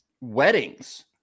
weddings